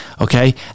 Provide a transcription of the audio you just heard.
okay